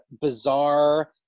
bizarre